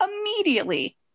immediately